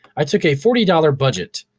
i took a forty dollars budget,